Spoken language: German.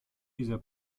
dieser